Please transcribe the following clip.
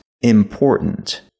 important